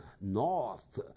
North